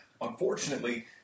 Unfortunately